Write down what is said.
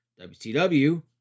WCW